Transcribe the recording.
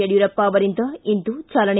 ಯಡಿಯೂರಪ್ಪ ಅವರಿಂದ ಇಂದು ಚಾಲನೆ